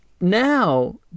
now